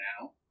now